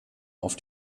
auf